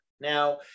Now